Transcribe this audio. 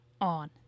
on